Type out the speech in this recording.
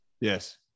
Yes